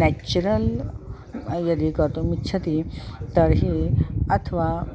natural यदि कर्तुम् इच्छति तर्हि अथवा